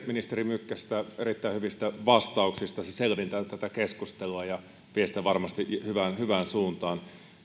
ministeri mykkästä erittäin hyvistä vastauksista ne selventävät tätä keskustelua ja vievät sitä varmasti hyvään suuntaan